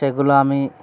তেগুলো আমি